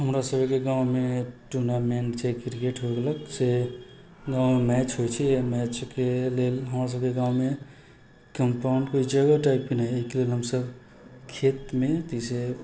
हमरासबके गाँवमे टूर्नामेन्ट छै किरकेट होइलक से गाँवमे मैच होइ छै मैचके लेल हमरसबके गाँवमे कम्पाउण्डके जगह टाइपके नहि अइ एहिके लेल हमसब खेतमे जइसे